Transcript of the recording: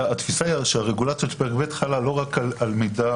--- התפיסה היא שהרגולציות של פרק ב' חלות לא רק על מידע,